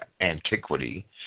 antiquity